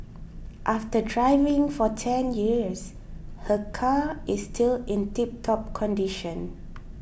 after driving for ten years her car is still in tiptop condition